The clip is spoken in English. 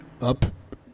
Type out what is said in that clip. up